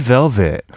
Velvet